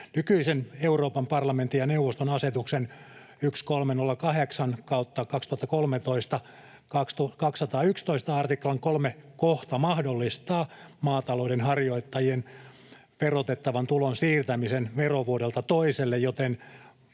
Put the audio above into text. Nykyisen Euroopan parlamentin ja neuvoston asetuksen 1308/2013 artiklan 211 kohta 3 mahdollistaa maatalouden harjoittajien verotettavan tulon siirtämisen verovuodelta toiselle, joten